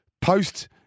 post